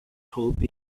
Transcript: told